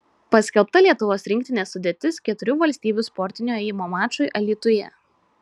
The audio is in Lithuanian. paskelbta lietuvos rinktinės sudėtis keturių valstybių sportinio ėjimo mačui alytuje